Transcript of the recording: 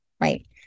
right